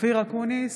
אופיר אקוניס,